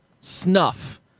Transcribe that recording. snuff